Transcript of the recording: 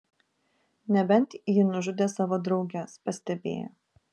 nebent ji nužudė savo drauges pastebėjo